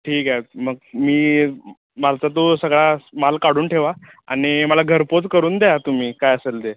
ठीक आहे मग मी मालचा तो सगळा माल काढून ठेवा आणि मला घरपोच करून द्या तुम्ही काय असेल ते